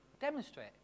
demonstrate